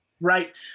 Right